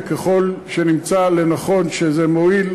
וככל שנמצא לנכון שזה מועיל,